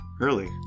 early